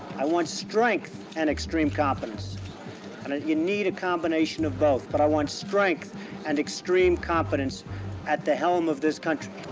i want strength and extreme competence, and ah you need a combination of both, but i want strength and extreme competence at the helm of this country.